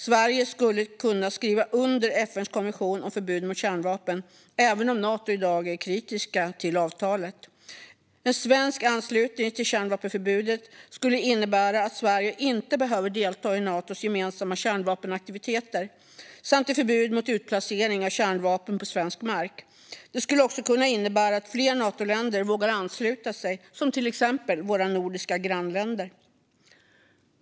Sverige skulle kunna skriva under FN:s konvention om förbud mot kärnvapen även om Nato i dag är kritiskt till avtalet. En svensk anslutning till kärnvapenförbudet skulle innebära att Sverige inte behöver delta i Natos gemensamma kärnvapenaktiviteter samt ett förbud mot utplacering av kärnvapen på svensk mark. Det skulle också kunna innebära att fler Natoländer vågar ansluta sig, till exempel våra nordiska grannländer.